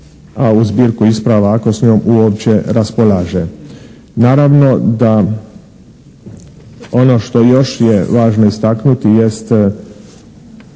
a u zbirku isprava ako s njom uopće raspolaže. Naravno da ono što još je važno istaknuti jest